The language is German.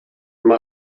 mal